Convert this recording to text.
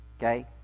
Okay